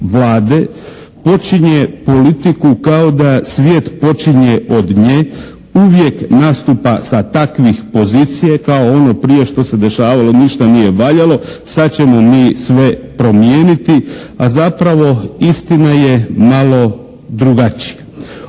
počinje politiku kao da svijet počinje od nje, uvijek nastupa sa takvih pozicije kao ono prije što se dešavalo ništa nije valjalo, sad ćemo mi sve promijeniti, a zapravo istina je malo drugačija.